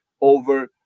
over